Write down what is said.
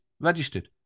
Registered